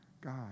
God